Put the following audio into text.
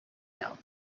hill